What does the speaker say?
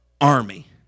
army